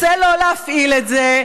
רוצה לא להפעיל את זה.